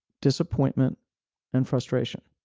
disappointment and frustration.